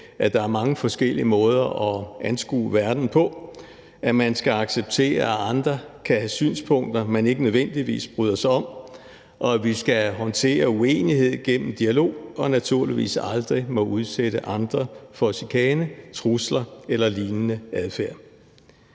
at der er mange forskellige måder at anskue verden på, at man skal acceptere, at andre kan have synspunkter, man ikke nødvendigvis bryder sig om, og at vi skal håndtere uenighed gennem dialog og naturligvis aldrig må udsætte andre for chikane, trusler eller lignende adfærd.